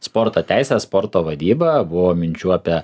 sporto teisė sporto vadyba buvo minčių apie